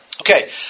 Okay